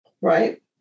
right